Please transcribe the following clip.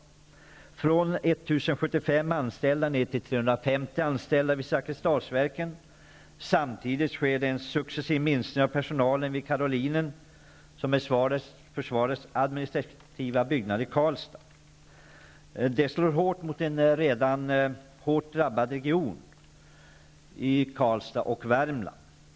Man har minskat från 1 075 anställda till 350 anställda vid Zakrisdalsverken. Samtidigt sker det en successiv minskning av personalen vid Karolinen, som är försvarets administrativa byggnad i Karlstad. Det slår hårt mot en redan hårt drabbad region och Värmland.